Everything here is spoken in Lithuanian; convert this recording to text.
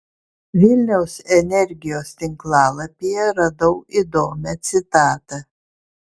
vilniaus energijos tinklapyje radau įdomią citatą